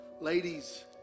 ladies